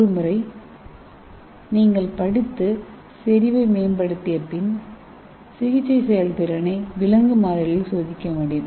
ஒருமுறை நீங்கள் படித்து செறிவை மேம்படுத்திய பின் சிகிச்சை செயல்திறனை விலங்கு மாதிரிகளில் சோதிக்க முடியும்